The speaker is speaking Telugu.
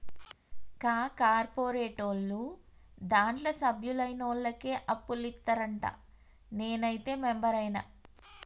కా కార్పోరేటోళ్లు దాంట్ల సభ్యులైనోళ్లకే అప్పులిత్తరంట, నేనైతే మెంబరైన